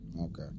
Okay